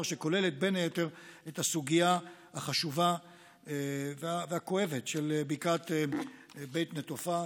שכוללת בין היתר את הסוגיה החשובה והכואבת של בקעת בית נטופה,